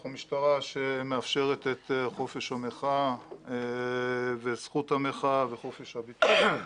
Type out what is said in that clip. אנחנו משטרה שמאפשרת את חופש המחאה וזכות המחאה וחופש הביטוי.